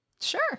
Sure